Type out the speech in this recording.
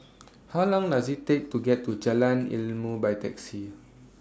How Long Does IT Take to get to Jalan Ilmu By Taxi